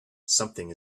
something